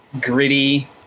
gritty